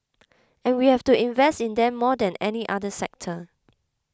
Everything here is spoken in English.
and we have to invest in them more than any other sector